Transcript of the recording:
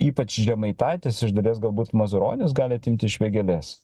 ypač žemaitaitis iš dalies galbūt mazuronis gali atimti iš vėgėlės